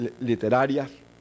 literarias